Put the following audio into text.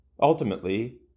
Ultimately